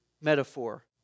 metaphor